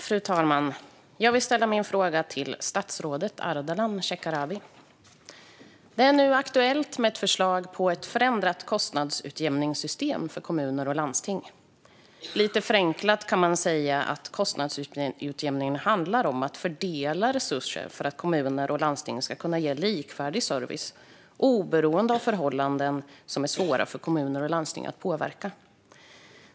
Fru talman! Jag vill ställa min fråga till statsrådet Ardalan Shekarabi. Det är nu aktuellt med ett förslag på ett förändrat kostnadsutjämningssystem för kommuner och landsting. Lite förenklat kan man säga att kostnadsutjämningen handlar om att fördela resurser för att kommuner och landsting ska kunna ge likvärdig service oberoende av förhållanden som är svåra för kommuner och landsting att påverka.